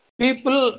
people